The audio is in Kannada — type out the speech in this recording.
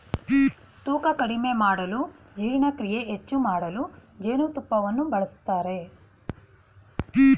ತೂಕ ಕಡಿಮೆ ಮಾಡಲು ಜೀರ್ಣಕ್ರಿಯೆ ಹೆಚ್ಚು ಮಾಡಲು ಜೇನುತುಪ್ಪವನ್ನು ಬಳಸ್ತರೆ